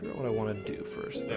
what i wanted to do first, there